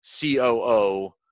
COO